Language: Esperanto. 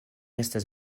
estas